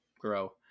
grow